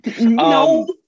no